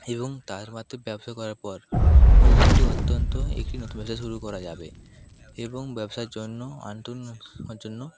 এবং তার ব্যবসা করার পর মূলধনটি অত্যন্ত একটি নতুন ব্যবসা শুরু করা যাবে এবং ব্যবসার জন্য আন্ত জন্য